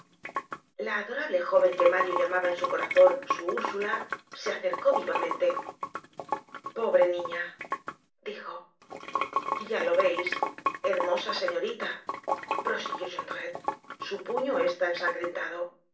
la adorable jóven que mario llamaba en su corazon su ursula se acercó vivamente pobre niña dijo ya lo veis hermosa señorita prosiguió jondrette su puño está ensangrentado